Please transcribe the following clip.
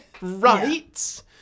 right